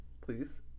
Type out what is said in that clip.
please